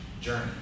journey